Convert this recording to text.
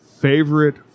favorite